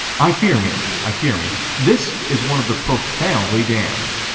i fear me, i fear me this is one of the profoundly damned.